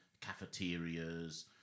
cafeterias